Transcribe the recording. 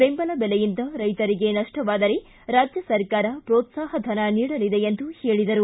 ಬೆಂಬಲ ಬೆಲೆಯಿಂದ ರೈತರಿಗೆ ನಷ್ಷವಾದರೆ ರಾಜ್ಯ ಸರ್ಕಾರ ಪ್ರೋತ್ಸಾಹ ಧನ ನೀಡಲಿದೆ ಎಂದು ಹೇಳಿದರು